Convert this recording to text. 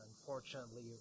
unfortunately